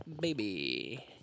baby